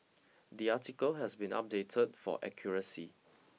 the article has been updated for accuracy